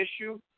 issue